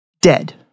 dead